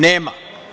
Nema.